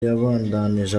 yabandanije